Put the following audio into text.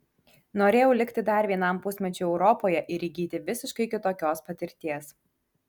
norėjau likti dar vienam pusmečiui europoje ir įgyti visiškai kitokios patirties